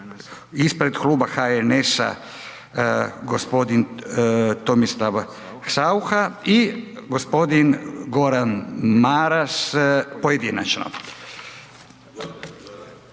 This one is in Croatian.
ispred Kluba HNS-a g. Tomislav Saucha i g. Goran Maras pojedinačno.